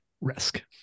risk